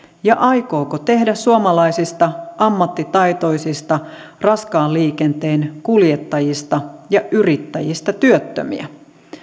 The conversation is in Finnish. ja aikooko tehdä suomalaisista ammattitaitoisista raskaan liikenteen kuljettajista ja yrittäjistä työttömiä